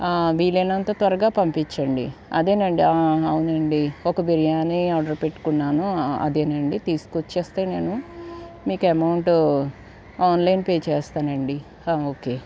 వీలైనంత త్వరగా పంపించండి అదేనండి ఆ అవునండి ఒక బిర్యానీ ఆర్డర్ పెట్టుకున్నాను అదేనండి తీసుకొచ్చేస్తే నేను మీకు అమౌంట్ ఆన్లైన్ పే చేస్తానండి ఓకే థ్యాంక్ యు